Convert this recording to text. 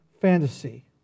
fantasy